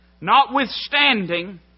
Notwithstanding